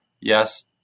Yes